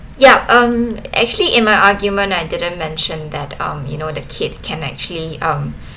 ya um actually in my argument I didn't mention that um you know the kid can actually um